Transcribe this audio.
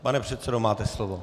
Pane předsedo, máte slovo.